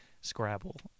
scrabble